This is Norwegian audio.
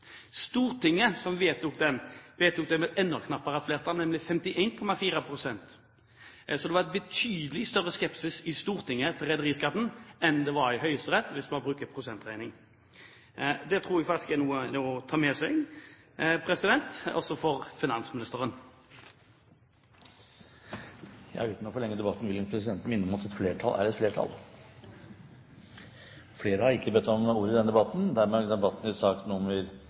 vedtok den med et enda knappere flertall, nemlig 51,4 pst. Så det var en betydelig større skepsis i Stortinget til rederiskatten enn det var i Høyesterett, hvis man bruker prosentregning. Det tror jeg faktisk er noe å ta med seg, også for finansminisiteren. Uten å forlenge debatten vil presidenten minne om at et flertall er et flertall. Flere har ikke bedt om ordet